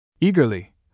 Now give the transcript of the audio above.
Eagerly